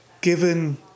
given